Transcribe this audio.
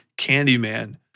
Candyman